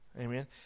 amen